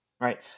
right